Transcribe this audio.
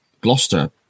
Gloucester